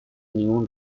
ningún